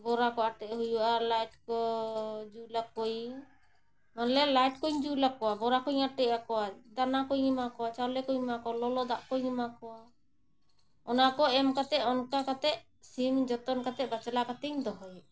ᱵᱚᱨᱟ ᱠᱚ ᱟᱴᱮᱫ ᱦᱩᱭᱩᱜᱼᱟ ᱞᱟᱭᱤᱴ ᱠᱚ ᱡᱩᱞ ᱟᱠᱚᱣᱟᱹᱧ ᱢᱟᱱᱞᱮ ᱞᱟᱭᱤᱴ ᱠᱚᱧ ᱡᱩᱞ ᱟᱠᱚᱣᱟ ᱵᱚᱨᱟ ᱠᱚᱧ ᱟᱴᱮᱫ ᱟᱠᱚᱣᱟ ᱫᱟᱱᱟ ᱠᱚᱧ ᱮᱢᱟ ᱠᱚᱣᱟ ᱪᱟᱣᱞᱮ ᱠᱚᱧ ᱮᱢᱟ ᱠᱚᱣᱟ ᱞᱚᱞᱚ ᱫᱟᱜ ᱠᱚᱧ ᱮᱢᱟ ᱠᱚᱣᱟ ᱚᱱᱟ ᱠᱚ ᱮᱢ ᱠᱟᱛᱮᱫ ᱚᱱᱠᱟ ᱠᱟᱛᱮᱫ ᱥᱤᱢ ᱡᱚᱛᱚᱱ ᱠᱟᱛᱮᱫ ᱵᱟᱪᱞᱟ ᱠᱟᱛᱮᱧ ᱫᱚᱦᱚᱭᱮᱫ ᱠᱚᱣᱟ